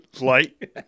light